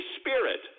Spirit